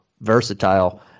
versatile